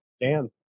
Dan